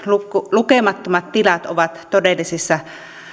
lukemattomat tilat ovat todellisessa